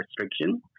restriction